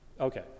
Okay